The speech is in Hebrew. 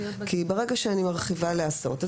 ברגע שאני מרחיבה להסעות,